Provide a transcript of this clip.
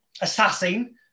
assassin